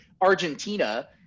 Argentina